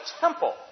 temple